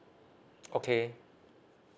okay